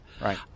Right